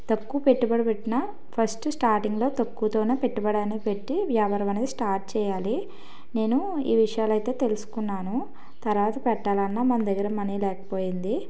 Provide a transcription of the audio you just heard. తక్కువ పెట్టుబడి పెట్టిన ఫస్ట్ స్టార్టింగ్లో తక్కువతో పెట్టుబడని పెట్టి వ్యాపారం అనేది స్టార్ట్ చేయాలి నేను ఈ విషయాలు అయితే తెలుసుకున్నాను తర్వాత పెట్టాలన్నా మన దగ్గర మనీ లేకపోయింది